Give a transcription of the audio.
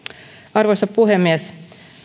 arvoisa puhemies